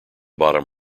bottom